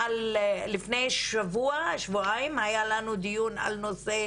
לפני שבוע או שבועיים היה לנו דיון על נושא